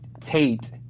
Tate